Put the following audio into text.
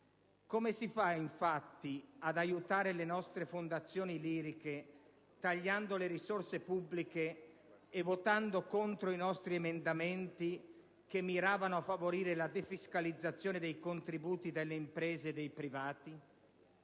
Come si fa, infatti, ad aiutare le nostre fondazioni liriche tagliando le risorse pubbliche e votando contro i nostri emendamenti che miravano a favorire la defiscalizzazione dei contributi dalle imprese dei privati?